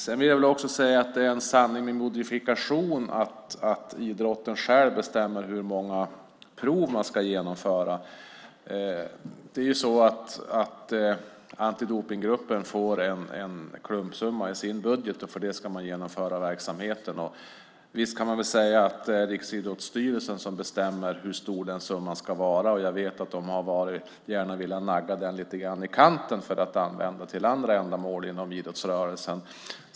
Jag vill också säga att det är en sanning med modifikation att idrotten själv bestämmer hur många prov man ska genomföra. Antidopningsgruppen får en klumpsumma i sin budget, och för det ska man genomföra verksamheten. Visst kan man säga att det är Riksidrottsstyrelsen som bestämmer hur stor den summan ska vara. Jag vet att de gärna har velat nagga den lite grann i kanten för att använda till andra ändamål inom idrottsrörelsen.